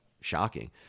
shocking